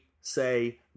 say